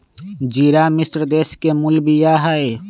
ज़िरा मिश्र देश के मूल बिया हइ